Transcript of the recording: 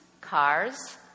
cars